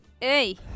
hey